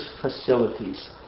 facilities